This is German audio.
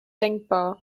denkbar